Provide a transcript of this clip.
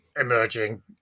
emerging